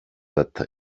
that